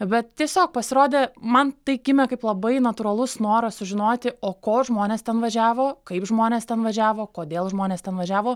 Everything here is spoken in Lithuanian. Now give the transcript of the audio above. bet tiesiog pasirodė man tai gimė kaip labai natūralus noras sužinoti o ko žmonės ten važiavo kaip žmonės ten važiavo kodėl žmonės ten važiavo